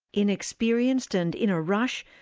inexperienced and in a rush,